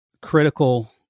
Critical